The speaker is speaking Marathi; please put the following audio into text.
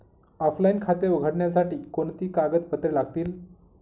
ऑफलाइन खाते उघडण्यासाठी कोणती कागदपत्रे लागतील?